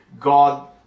God